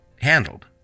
handled